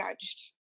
judged